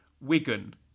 Wigan